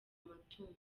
amatungo